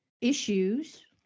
issues